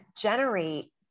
generate